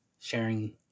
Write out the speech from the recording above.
sharing